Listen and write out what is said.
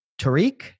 Tariq